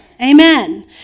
amen